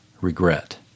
regret